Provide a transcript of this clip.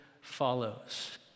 follows